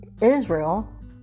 Israel